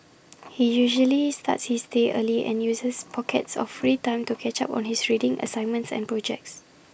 he usually starts his day early and uses pockets of free time to catch up on his reading assignments and projects